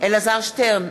אלעזר שטרן,